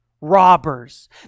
robbers